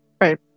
right